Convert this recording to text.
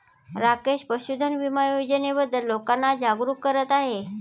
राकेश पशुधन विमा योजनेबद्दल लोकांना जागरूक करत आहे